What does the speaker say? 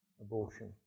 abortion